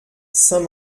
saint